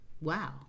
Wow